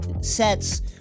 sets